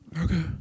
Okay